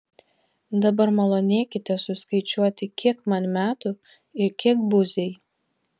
dabar malonėkite suskaičiuoti kiek man metų ir kiek buziai